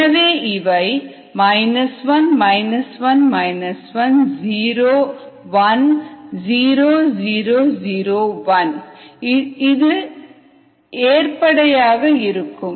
எனவே இவை 1 1 1010001 இது விற்கு ஏர்படை யாக இருக்கும்